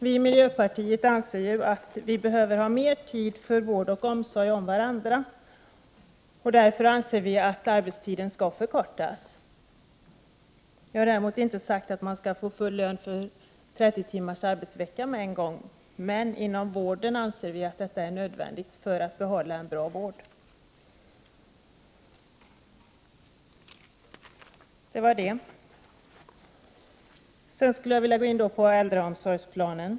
Vi i miljöpartiet anser att vi behöver mer tid för vård och omsorg om varandra, och därför anser vi att arbetstiden skall förkortas. Vi har däremot inte sagt att man skall få full lön för 30 timmars arbetsvecka med en gång, men vi anser att en sådan arbetstidsförkortning är nödvändig inom vården för att vi skall kunna få behålla en bra vård. Sedan skulle jag vilja gå in på äldreomsorgsplanen.